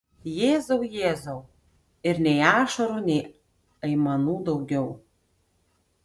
jėzau jėzau ir nei ašarų nei aimanų daugiau